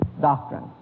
doctrine